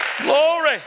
Glory